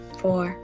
four